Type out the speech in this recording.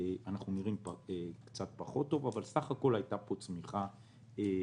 נראים קצת פחות טוב אבל בסך הכול הייתה פה צמיחה בריאה.